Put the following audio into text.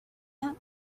yet